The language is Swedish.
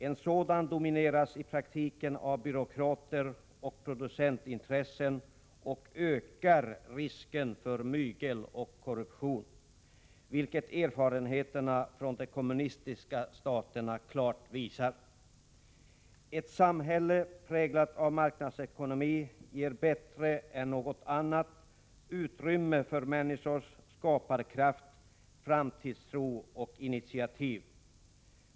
En sådan domineras i praktiken av byråkrater och producentintressen och ökar risken för mygel och korruption, vilket erfarenheterna från de kommunistiska staterna klart visar. Ett samhälle präglat av marknadsekonomi ger bättre än något annat utrymme för människors skaparkraft, framtidstro och initiativ.